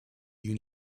you